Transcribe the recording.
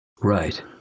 Right